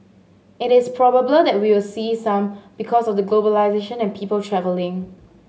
it is probable that we will see some because of the globalisation and people travelling